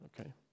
Okay